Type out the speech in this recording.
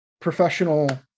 professional